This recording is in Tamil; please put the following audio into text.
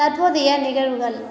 தற்போதைய நிகழ்வுகள்